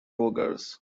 rogers